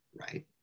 right